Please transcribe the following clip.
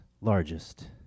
largest